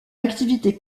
activité